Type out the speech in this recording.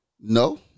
No